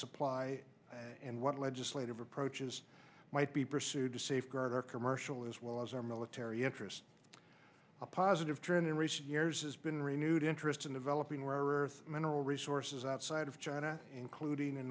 supply and what legislative approaches might be pursued to safeguard our commercial as well as our military interests a positive trend in recent years has been renewed interest in developing where earth mineral resources outside of china including in